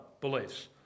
beliefs